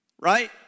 Right